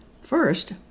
first